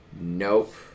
nope